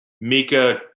Mika